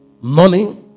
money